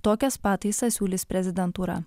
tokias pataisas siūlys prezidentūra